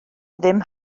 ddim